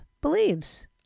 believes